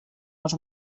els